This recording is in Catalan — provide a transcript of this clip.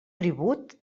tribut